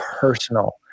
personal